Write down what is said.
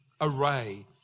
array